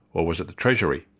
or was it the treasury?